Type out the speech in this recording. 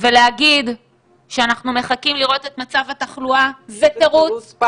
ולהגיד שאנחנו מחכים לראות את מצב התחלואה זה תירוץ,